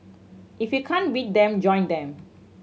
if you can't beat them join them